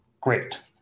Great